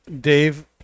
dave